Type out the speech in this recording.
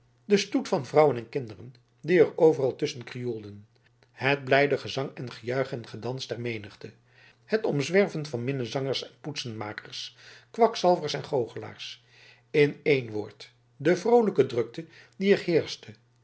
de stoet van vrouwen en kinderen die er overal tusschen krioelden het blijde gezang en gejuich en gedans der menigte het omzwerven van minnezangers en poetsenmakers kwakzalvers en goochelaars in één woord de vroolijke drukte die